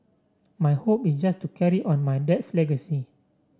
my hope is just to carry on my dad's legacy